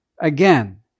again